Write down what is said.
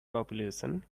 population